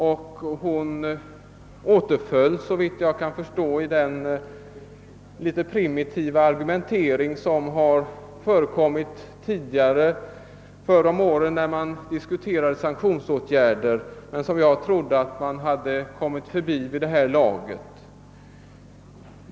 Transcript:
Fru Kristensson återföll, såvitt jag kan förstå, i den något primitiva argumentering som förts förr om åren när sanktionsåtgärder diskuterats men som jag trodde att man hade övergivit vid det här laget.